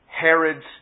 Herod's